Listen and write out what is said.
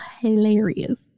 hilarious